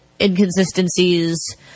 inconsistencies